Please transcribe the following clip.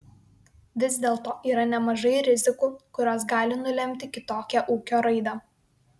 vis dėlto yra nemažai rizikų kurios gali nulemti kitokią ūkio raidą